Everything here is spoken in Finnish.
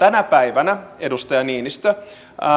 tänä päivänä edustaja niinistö